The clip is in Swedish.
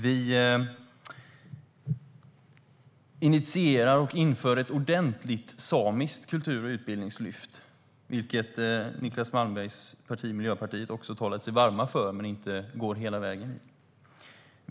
Vi initierar och inför ett ordentligt samiskt kultur och utbildningslyft, vilket också Niclas Malmbergs parti Miljöpartiet talar sig varmt för men inte går hela vägen.